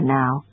now